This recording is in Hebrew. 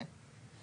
כן.